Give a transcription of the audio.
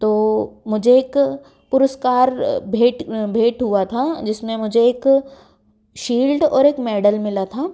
तो मुझे एक पुरस्कार भेंट भेंट हुआ था जिसमें मुझे एक शील्ड और एक मेडल मिल था